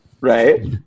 right